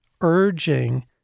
urging